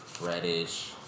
reddish